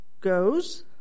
goes